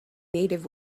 native